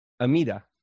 Amida